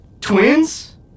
Twins